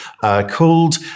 called